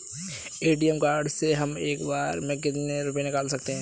ATM card से हम एक बार में कितना रुपया निकाल सकते हैं?